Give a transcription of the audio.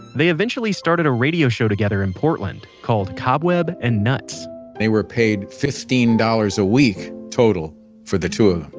they eventually started a radio show together in portland called cobweb and nuts they were paid fifteen dollars a week total for the two of them.